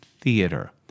theater